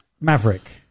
Maverick